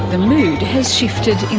the mood has shifted